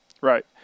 Right